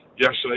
yesterday